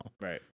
Right